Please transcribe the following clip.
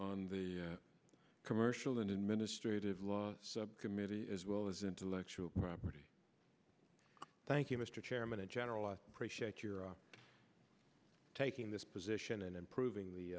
on the commercial an administrative law subcommittee as well as intellectual property thank you mr chairman and general i appreciate your taking this position and improving the